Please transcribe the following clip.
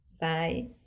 Bye